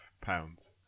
pounds